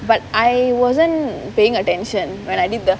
but I wasn't paying attention when I did the